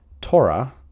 Torah